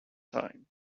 time